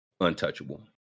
untouchable